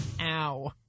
Ow